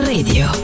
Radio